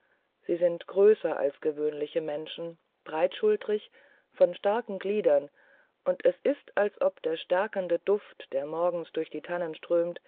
sie sind größer als gewöhnliche menschen breitschultrig von starken gliedern und es ist als ob der stärkende duft der morgens durch die tannen strömt